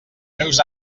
meus